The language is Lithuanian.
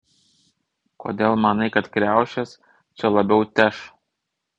kodėl manai kad kriaušės čia labiau teš